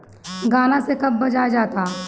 गान्ना से का बनाया जाता है?